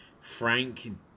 Frank